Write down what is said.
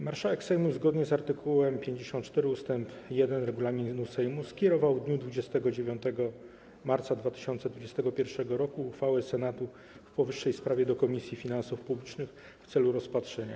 Marszałek Sejmu, zgodnie z art. 54 ust. 1 regulaminu Sejmu, skierował w dniu 29 marca 2021 r. uchwałę Senatu w powyższej sprawie do Komisji Finansów Publicznych w celu rozpatrzenia.